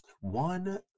One